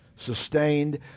Sustained